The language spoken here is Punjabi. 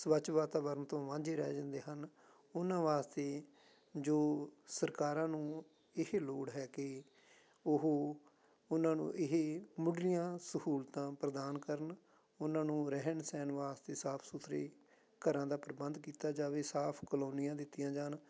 ਸਵੱਚ ਵਾਤਾਵਰਨ ਤੋਂ ਵਾਂਝੇ ਰਹਿ ਜਾਂਦੇ ਹਨ ਉਹਨਾਂ ਵਾਸਤੇ ਜੋ ਸਰਕਾਰਾਂ ਨੂੰ ਇਹ ਲੋੜ ਹੈ ਕਿ ਉਹ ਉਹਨਾਂ ਨੂੰ ਇਹ ਮੁੱਢਲੀਆਂ ਸਹੂਲਤਾਂ ਪ੍ਰਦਾਨ ਕਰਨ ਉਹਨਾਂ ਨੂੰ ਰਹਿਣ ਸਹਿਣ ਵਾਸਤੇ ਸਾਫ਼ ਸੁਥਰੇ ਘਰਾਂ ਦਾ ਪ੍ਰਬੰਧ ਕੀਤਾ ਜਾਵੇ ਸਾਫ਼ ਕਲੋਨੀਆਂ ਦਿੱਤੀਆਂ ਜਾਣ